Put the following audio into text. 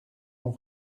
ont